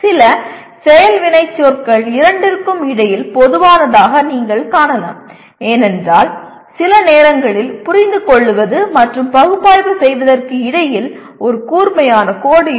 சில செயல் வினைச்சொற்கள் இரண்டிற்கும் இடையில் பொதுவானதாக நீங்கள் காணலாம் ஏனென்றால் சில நேரங்களில் புரிந்துகொள்வது மற்றும் பகுப்பாய்வு செய்வதற்கு இடையில் ஒரு கூர்மையான கோடு இருக்கும்